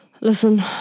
Listen